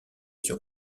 sur